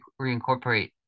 reincorporate